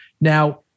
Now